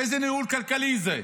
איזה ניהול כלכלי זה?